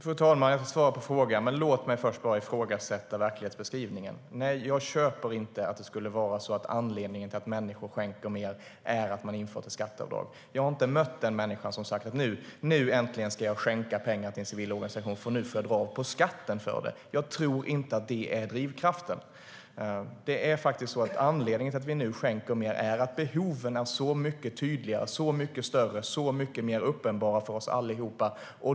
Fru talman! Jag ska svara på frågan, men låt mig först bara ifrågasätta verklighetsbeskrivningen. Jag köper inte att det skulle vara så att anledningen till att människor skänker mer är att man har infört ett skatteavdrag. Jag har inte mött någon människa som sagt: Nu äntligen ska jag skänka pengar till en civil organisation, för nu får jag dra av på skatten för det. Jag tror inte att detta är drivkraften. Anledningen till att vi nu skänker mer är att behoven är så mycket tydligare, större och uppenbarare för oss alla.